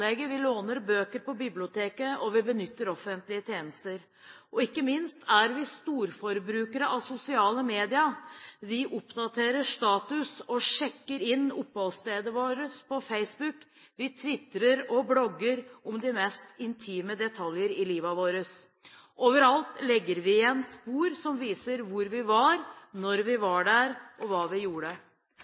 tannlege, vi låner bøker på biblioteket, og vi benytter offentlige tjenester. Og ikke minst er vi storforbrukere av sosiale medier, vi oppdaterer status og sjekker inn oppholdsstedet vårt på Facebook, vi twitrer og blogger om de mest intime detaljer i livet vårt. Overalt legger vi igjen spor som viser hvor vi var, når vi var der, og hva vi gjorde.